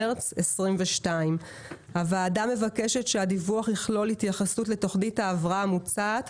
01.03.2022. הוועדה מבקשת שהדיווח יכלול התייחסות לתוכנית ההבראה המוצעת,